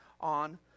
on